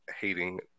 hating